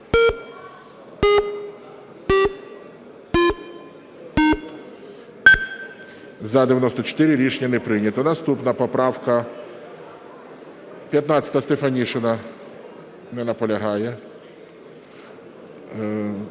За-94 Рішення не прийнято. Наступна поправка 15-а, Стефанишина. Не наполягає.